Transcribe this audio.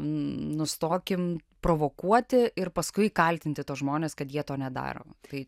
nustokim provokuoti ir paskui kaltinti tuos žmones kad jie to nedaro tai